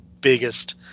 biggest